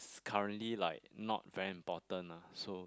currently like not very important lah so